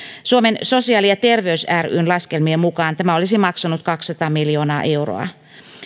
suomen sosiaali ja terveys ryn laskelmien mukaan tämä olisi maksanut kaksisataa miljoonaa euroa